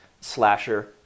slasher